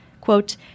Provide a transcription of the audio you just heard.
Quote